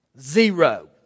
Zero